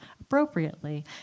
appropriately